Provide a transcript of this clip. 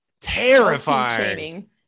terrifying